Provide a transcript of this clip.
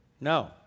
No